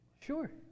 Sure